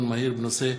בבקשה,